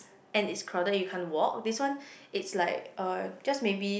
and it's crowded you can't walk this one it's like uh just maybe